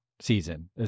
season